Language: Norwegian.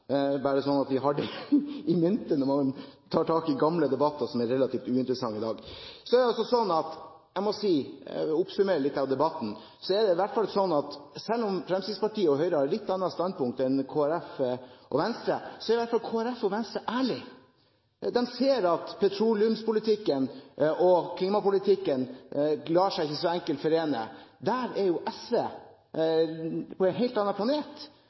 bare sånn at vi har det in mente når vi tar tak i gamle debatter som i dag er relativt uinteressante. Så må jeg si, når jeg oppsummerer litt av debatten, at selv om Fremskrittspartiet og Høyre har et litt annet standpunkt enn Kristelig Folkeparti og Venstre, så er i hvert fall Kristelig Folkeparti og Venstre ærlige. De ser at petroleumspolitikken og klimapolitikken ikke så enkelt lar seg forene. Der er jo SV på en helt annen planet,